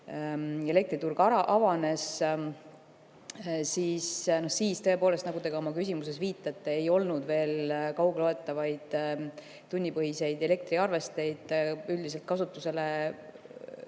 elektriturg avanes, siis tõepoolest, nagu te ka oma küsimuses viitasite, ei olnud veel kaugloetavaid tunnipõhiseid elektriarvesteid üldiselt kasutusele [võetud].